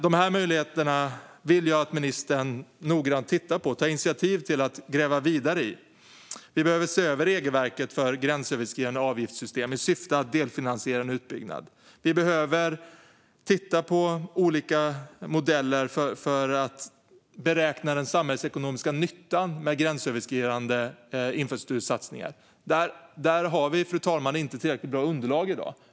Dessa möjligheter vill jag att ministern tittar noga på och tar initiativ till att gräva vidare i. Vi behöver se över regelverket för gränsöverskridande avgiftssystem i syfte att delfinansiera en utbyggnad. Vi behöver titta på olika modeller för att beräkna den samhällsekonomiska nyttan med gränsöverskridande infrastruktursatsningar. Där har vi, fru talman, inte tillräckligt bra underlag i dag.